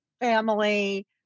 family